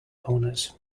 owners